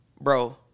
Bro